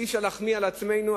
אי-אפשר להחמיא לעצמנו,